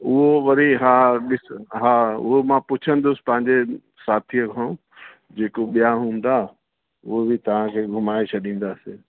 उहो वरी हा ॾिस हा उहा मां पुछंदसि पंहिंजे साथीअ खां जेको ॿिया हूंदा उहा बि तव्हांखे घुमाए छॾींदासीं